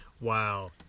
wow